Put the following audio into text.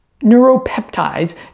neuropeptides